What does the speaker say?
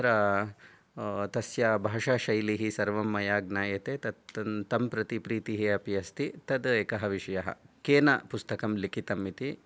तत्र तस्य भाषाशैली सर्वं मया ज्ञायते तत् तं प्रति प्रितिः अपि अस्ति तद् एकः विषयः केन पुस्तकं लिखितम् इति